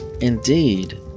indeed